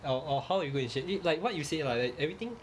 or or how are you going to it like what you say lah like everything